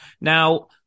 Now